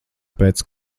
pēc